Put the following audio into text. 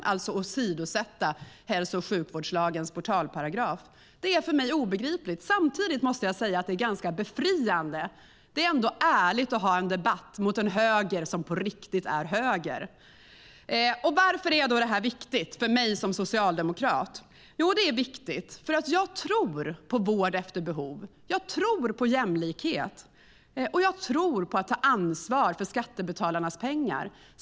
Man åsidosätter alltså hälso och sjukvårdslagens portalparagraf. Det är för mig obegripligt. Samtidigt är det ganska befriande. Det är ändå ärligt att kunna ha en debatt mot en höger som på riktigt är höger. Varför är då det här viktigt för mig som socialdemokrat? Jo, för att jag tror på vård efter behov, jag tror på jämlikhet, och jag tror på att ta ansvar för skattebetalarnas pengar.